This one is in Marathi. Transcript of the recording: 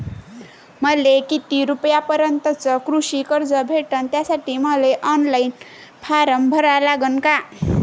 मले किती रूपयापर्यंतचं कृषी कर्ज भेटन, त्यासाठी मले ऑनलाईन फारम भरा लागन का?